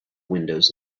windows